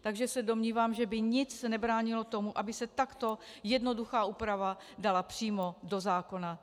Takže se domnívám, že by nic nebránilo tomu, aby se takto jednoduchá úprava dala přímo do zákona.